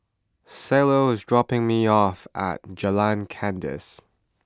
Cielo is dropping me off at Jalan Kandis